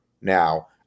now